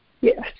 Yes